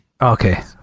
Okay